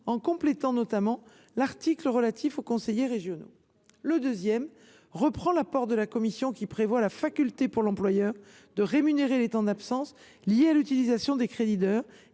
en complétant notamment l’article relatif aux conseillers régionaux. Le 2° reprend l’apport de la commission qui prévoit la faculté pour l’employeur de rémunérer les temps d’absence liés à l’utilisation des crédits